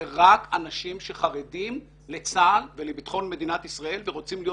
זה רק אנשים שחרדים לצה"ל ולביטחון מדינת ישראל ורוצים להיות